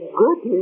good